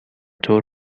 طور